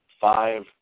five